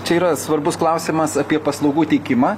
čia yra svarbus klausimas apie paslaugų teikimą